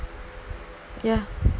ya